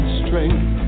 strength